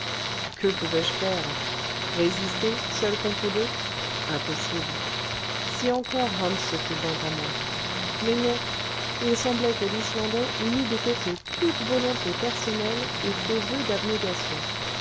que pouvais-je faire résister seul contre deux impossible si encore hans se fût joint à moi mais non il semblait que l'islandais eût mis de côté toute volonté personnelle et fait voeu d'abnégation